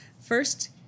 First